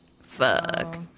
Fuck